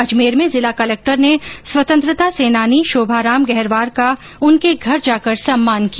अजमेर में जिला कलेक्टर ने स्वतंत्रता सेनानी शोभाराम गहरवार का उनके घर जाकर सम्मान किया